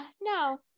no